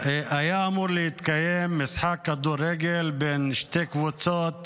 היה אמור להתקיים משחק כדורגל בין שתי קבוצות